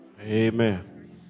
Amen